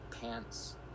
pants